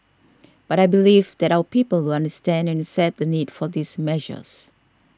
but I believe that our people will understand and accept the need for these measures